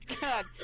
God